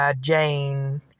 Jane